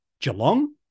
Geelong